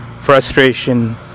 frustration